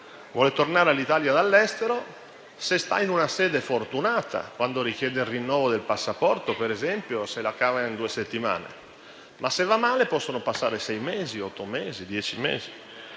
vuole tornare in Italia dall'estero, se sta in una sede fortunata, quando richiede il rinnovo del passaporto se la cava in due settimane. Ma se va male, possono passare sei, otto, dieci mesi.